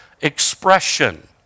expression